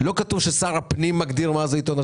לא כתוב ש"שר הפנים מגדיר מה זה עיתונות".